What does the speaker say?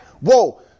whoa